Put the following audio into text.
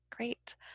Great